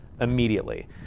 immediately